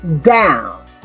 down